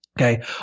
Okay